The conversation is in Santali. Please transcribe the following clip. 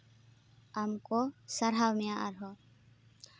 ᱟᱢᱠᱚ ᱥᱟᱨᱦᱟᱣ ᱢᱮᱭᱟ ᱟᱨᱦᱚᱸ